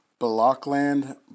Blockland